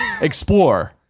Explore